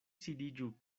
sidiĝu